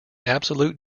absolute